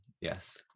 Yes